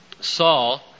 Saul